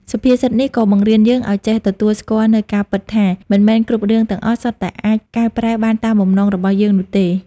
សុភាសិតនេះក៏បង្រៀនយើងឱ្យចេះទទួលស្គាល់នូវការពិតថា មិនមែនគ្រប់រឿងទាំងអស់សុទ្ធតែអាចកែប្រែបានតាមបំណងរបស់យើងនោះទេ។